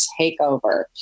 takeover